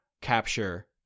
capture